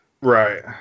right